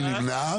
מי נמנע?